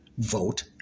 vote